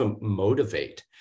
motivate